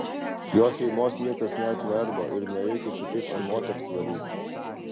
jo šeimos niekas net neardo ir nereikia čia taip ant moters varyti